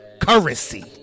currency